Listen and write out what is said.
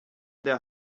their